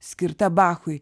skirta bachui